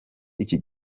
iki